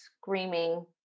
screaming